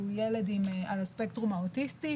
שהוא ילד על הספקטרום האוטיסטי,